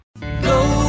Go